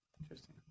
Interesting